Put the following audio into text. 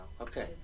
Okay